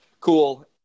cool